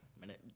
minute